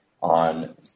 on